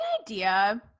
idea